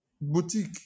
Boutique